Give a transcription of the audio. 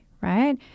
right